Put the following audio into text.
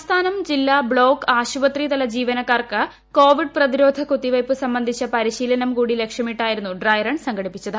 സംസ്ഥാനം ജില്ല ബ്ലോക്ക് ആശുപത്രി തല ജീവനക്കാർക്ക് കോവിഡ് പ്രതിരോധ കുത്തിവയ്പു സംബന്ധിച്ച പരിശീലനം കൂടി ലക്ഷ്യമിട്ടായിരുന്നു ഡ്രൈറൺ സംഘടിപ്പിച്ചത്